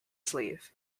sleeve